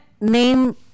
name